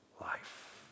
life